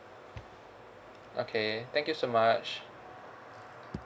okay thank you so much